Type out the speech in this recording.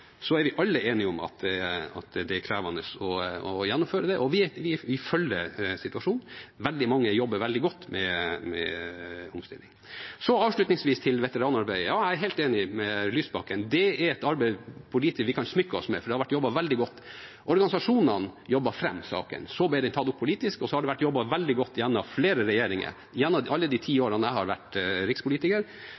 Vi er alle enige om at det er krevende å gjennomføre det, og vi følger situasjonen. Veldig mange jobber veldig godt med omstillingen. Avslutningsvis til veteranarbeidet: Jeg er helt enig med Lysbakken; det er et arbeid vi kan smykke oss med, for det har vært jobbet veldig godt. Organisasjonene jobbet fram saken. Så ble det tatt opp politisk, og det har vært jobbet veldig godt gjennom flere regjeringer, gjennom alle de ti årene jeg har vært rikspolitiker. Det har vært kontinuitet i dette arbeidet. Vi skal fortsette å